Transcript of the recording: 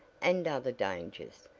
and other dangers,